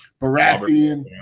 Baratheon